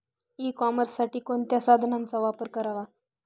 E कॉमर्ससाठी कोणत्या साधनांचा वापर करावा?